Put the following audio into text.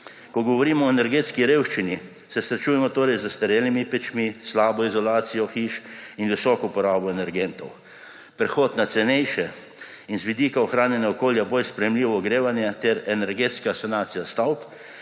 Ko govorimo o energetski revščini, se srečujemo torej z zastarelimi pečmi, slabo izolacijo hiš in visoko porabo energentov. Prehod na cenejše in z vidika ohranjanja okolja bolj sprejemljivo ogrevanje ter energetska sanacija stavb,